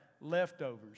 leftovers